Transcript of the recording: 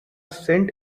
cent